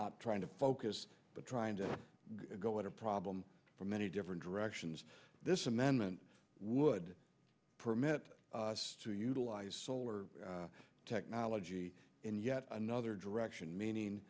not trying to focus but trying to go at a problem from many different directions this amendment would permit us to utilize solar technology in yet another direction meaning